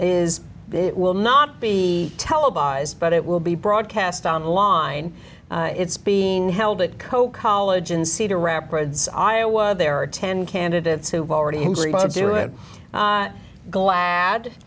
is it will not be televised but it will be broadcast on line it's being held at koch college in cedar rapids iowa there are ten candidates who've already to do it glad